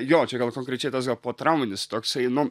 jo čia gal konkrečiai tas gal potrauminis toksai nu